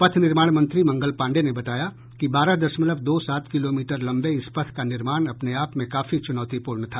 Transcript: पथ निर्माण मंत्री मंगल पाण्डेय ने बताया कि बारह दशमलव दो सात किलोमीटर लंबे इस पथ का निर्माण अपने आप में काफी च्रनौतीपूर्ण था